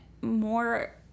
more